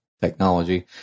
technology